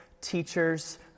teachers